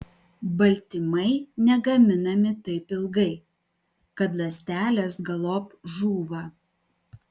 baltymai negaminami taip ilgai kad ląstelės galop žūva